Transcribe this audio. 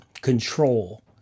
control